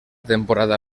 temporada